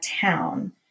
town